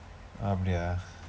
அப்படியா:appadiyaa